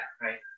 right